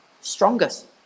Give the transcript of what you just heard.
Strongest